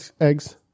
eggs